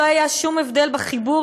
לא היה שום הבדל בחיבור,